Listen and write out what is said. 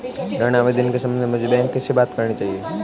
ऋण आवेदन के संबंध में मुझे बैंक में किससे बात करनी चाहिए?